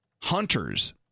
Hunters